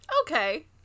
Okay